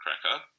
Cracker